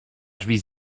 drzwi